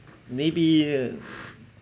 maybe uh